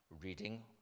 Reading